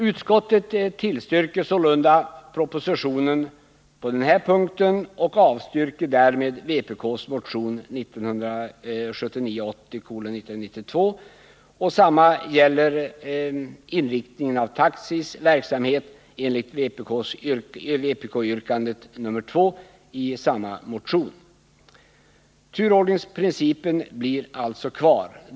Utskottet tillstyrker sålunda propositionen på den här punkten och avstyrker därmed vpk:s motion 1979/80:1972. Samma gäller inriktningen av taxis verksamhet enligt vpk:s yrkande 2 i samma motion. Turordningsprincipen blir alltså kvar.